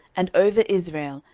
and over israel,